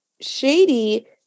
shady